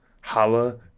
holla